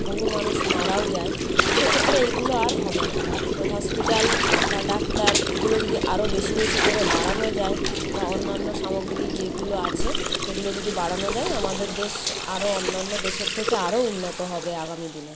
বহু মানুষ মারাও যায় সেক্ষেত্রে এইগুলো আর হবে না তো হসপিটাল বা ডাক্তার এগুলো যদি আরো বেশি বেশি করে বাড়ানো যায় বা অন্যান্য সামগ্রী যেগুলো আছে সেগুলো যদি বাড়ানো যায় আমাদের দেশ আরো অন্যান্য দেশের থেকে আরো উন্নত হবে আগামী দিনে